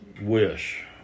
wish